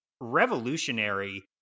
revolutionary